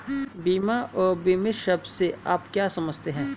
बीमा और बीमित शब्द से आप क्या समझते हैं?